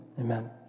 Amen